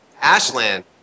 Ashland